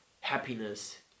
happiness